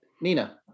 Nina